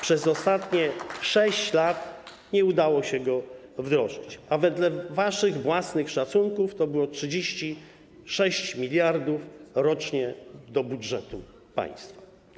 Przez ostatnie 6 lat nie udało się go wdrożyć, a wedle waszych własnych szacunków to było 36 mld rocznie do budżetu państwa.